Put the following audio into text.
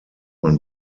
man